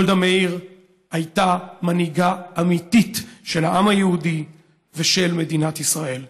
גולדה מאיר הייתה מנהיגה אמיתית של העם היהודי ושל מדינת ישראל.